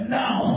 now